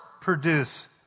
Produce